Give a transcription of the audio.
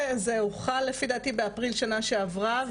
זה הוחל באפריל שנה שעברה,